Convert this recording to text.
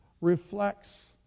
reflects